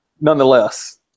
nonetheless